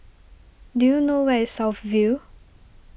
do you know where is South View